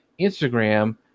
Instagram